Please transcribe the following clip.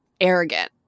arrogant